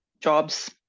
jobs